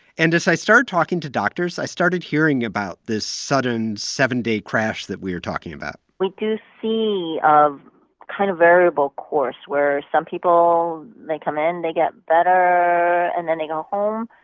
and as i started talking to doctors, i started hearing about this sudden seven-day crash that we were talking about we do see a kind of variable course where some people, they come in, they get better, and then they go home,